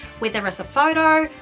whether it's a photo,